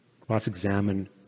cross-examine